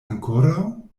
ankoraŭ